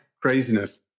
craziness